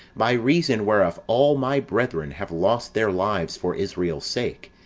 by reason whereof all my brethren have lost their lives for israel's sake,